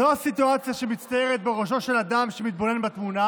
זו הסיטואציה שמצטיירת בראשו של אדם שמתבונן בתמונה,